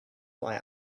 why